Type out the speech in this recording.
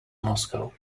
moscow